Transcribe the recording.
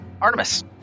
artemis